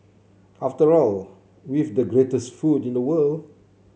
after all we've the greatest food in the world